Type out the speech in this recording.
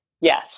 Yes